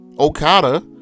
okada